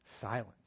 silent